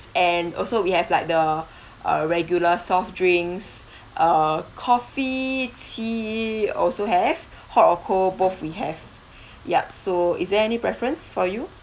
and also we have like the uh regular soft drinks err coffee tea also have hot or cold both we have ya so is there any preference for you